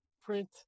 print